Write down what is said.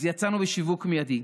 אז יצאנו לשיווק מיידי,